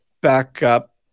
backup